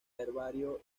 herbario